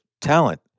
talent